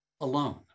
alone